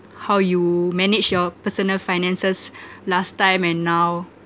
how you manage your personal finances last time and now